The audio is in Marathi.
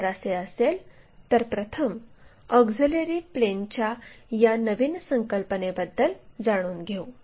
जर असे असेल तर प्रथम ऑक्झिलिअरी प्लेनच्या या नवीन संकल्पनेबद्दल जाणून घेऊ